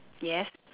yes